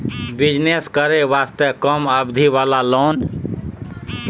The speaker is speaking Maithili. बिजनेस करे वास्ते कम अवधि वाला लोन?